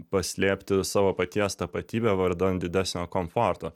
paslėpti savo paties tapatybę vardan didesnio komforto